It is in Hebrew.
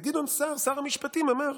גדעון סער, שר המשפטים, אמר,